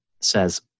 says